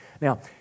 Now